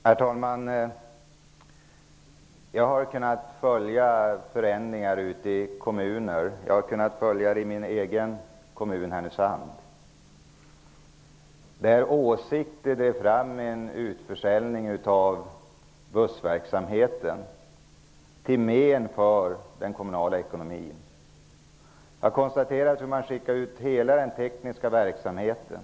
Herr talman! Jag har kunnat följa förändringar ute i kommuner. Jag har kunnat följa dem i min egen kommun Härnösand. Det har skett en utförsäljning av bussverksamheten till men för den kommunala ekonomin. Jag har konstaterat att man har skickat ut hela den tekniska verksamheten.